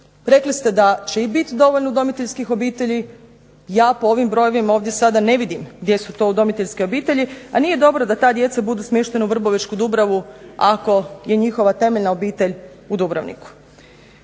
Rekli ste da će i biti dovoljno udomiteljskih obitelji, ja po ovim brojevima ovdje sada ne vidim gdje su to udomiteljske obitelji, a nije dobro da ta djeca budu smještena u vrbovečku dubravu ako je njihova temeljna obitelj u Dubrovniku.